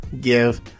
give